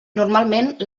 normalment